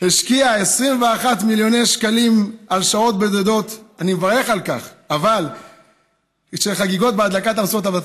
השקיעה 21 מיליוני שקלים על שעות בודדות של חגיגות בהדלקת המשואות?